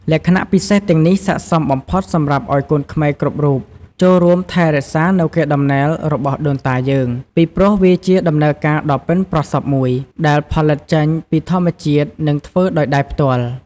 លក្ខណៈពិសេសទាំងនេះស័ក្តិសមបំផុតសម្រាប់ឲ្យកូនខ្មែរគ្រប់រូបចូលរួមថែរក្សានៅកេរតំណែលរបស់ដូនតាយើង ពីព្រោះវាជាដំណើរការដ៏បុិនប្រសព្វមួយ ដែលផលិតចេញពីធម្មជាតិនិងធ្វើដោយដៃផ្ទាល់។